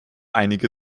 einige